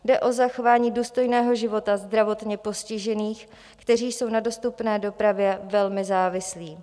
Jde o zachování důstojného života zdravotně postižených, kteří jsou na dostupné dopravě velmi závislí.